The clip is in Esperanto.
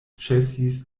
ĉesis